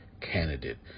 candidate